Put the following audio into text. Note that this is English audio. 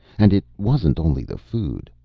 and it wasn't only the food.